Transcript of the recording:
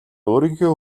өөрийнхөө